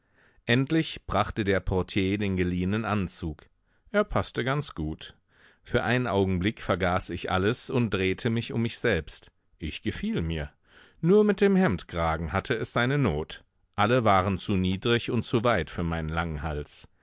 endlich brachte der portier den geliehenen anzug er paßte ganz gut für einen augenblick vergaß ich alles und drehte mich um mich selbst ich gefiel mir nur mit dem hemdkragen hatte es seine not alle waren zu niedrig und zu weit für meinen langen hals